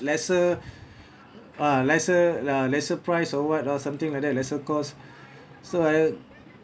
lesser uh lesser lah lesser price or what or something like that lesser cost so I